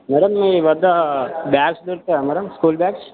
madam మీ వద్ద bags దొరుకుతాయా మేడం స్కూల్ బాగ్స్